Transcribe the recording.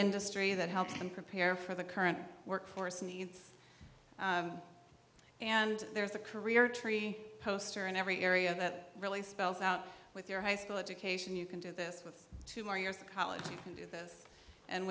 industry that help them prepare for the current workforce needs and there's a career tree poster in every area that really spells out with their high school education you can do this with two more years of college you can do this and